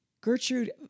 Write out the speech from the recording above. Gertrude